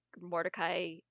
mordecai